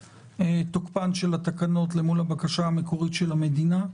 תוקפן של התקנות אל מול הבקשה המקורית של הממשלה.